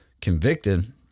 convicted